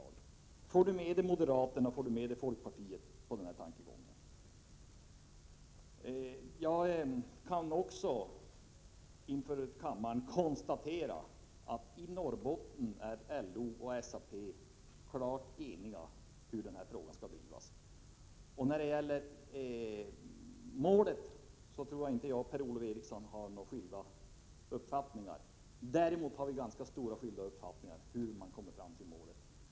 Går det verkligen att få moderaterna och folkpartiet att ansluta sig till dessa tankegångar? När det gäller Norrbotten konstaterar jag att LO och SAP är klart eniga om hur den här frågan skall drivas. Jag tror faktiskt inte att Per-Ola Eriksson och jag har skilda uppfattningar om målet. Däremot har vi nog ganska olika uppfattningar om hur detta kan nås.